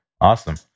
Awesome